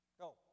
Go